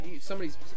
somebody's